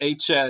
HS